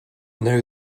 know